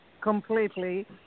completely